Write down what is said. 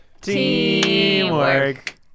Teamwork